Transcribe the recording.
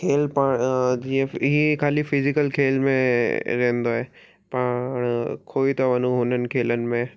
खेल पा जीअं ईअं ई ख़ाली फ़िजिकल खेल में रहंदो आहे पाण खोही था वञूं हुननि खेलनि में